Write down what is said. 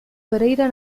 pereira